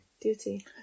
Duty